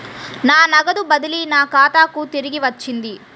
నా నగదు బదిలీ నా ఖాతాకు తిరిగి వచ్చింది